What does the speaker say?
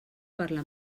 parlar